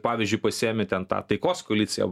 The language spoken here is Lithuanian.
pavyzdžiui pasiėmi ten tą taikos koaliciją